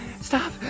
Stop